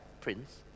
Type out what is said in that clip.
prince